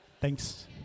Thanks